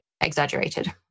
exaggerated